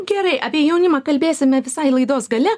gerai apie jaunimą kalbėsime visai laidos gale